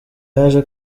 yaje